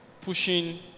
pushing